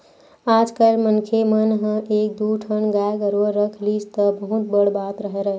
आजकल मनखे मन ह एक दू ठन गाय गरुवा रख लिस त बहुत बड़ बात हरय